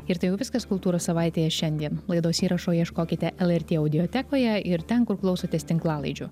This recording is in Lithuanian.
ir tai jau viskas kultūros savaitėje šiandien laidos įrašo ieškokite lrt audiotekoje ir ten kur klausotės tinklalaidžių